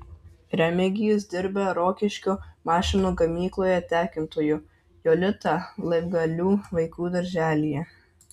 remigijus dirba rokiškio mašinų gamykloje tekintoju jolita laibgalių vaikų darželyje